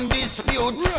dispute